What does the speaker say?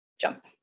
jump